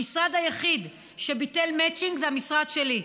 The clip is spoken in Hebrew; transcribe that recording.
המשרד היחיד שביטל מצ'ינג זה המשרד שלי.